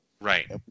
Right